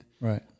Right